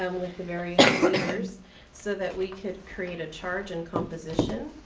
um with the various members so that we could create a charge and composition.